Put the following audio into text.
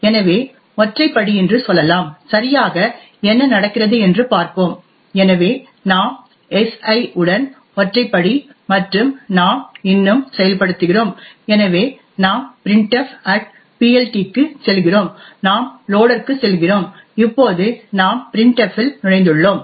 எனவே ஒற்றை படி என்று சொல்லலாம் சரியாக என்ன நடக்கிறது என்று பார்ப்போம் எனவே நாம் si உடன் ஒற்றை படி மற்றும் நாம் இன்னும் செயல்படுத்துகிறோம் எனவே நாம் printfPLT க்கு செல்கிறோம் நாம் லோடர்க்கு செல்கிறோம் இப்போது நாம் printf இல் நுழைந்துள்ளோம்